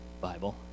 Bible